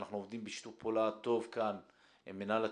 אנחנו עובדים בשיתוף פעולה טוב עם מנהל התכנון.